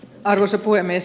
arvoisa puhemies